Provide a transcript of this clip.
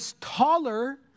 taller